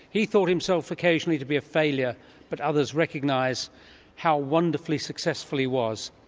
he thought himself occasionally to be a failure but others recognise how wonderfully successful he was.